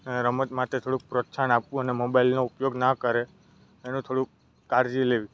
એને રમત માટે થોડુંક પ્રોત્સાહન આપવું અને મોબાઈલનો ઉપયોગ ના કરે એનું થોડુંક કાળજી લેવી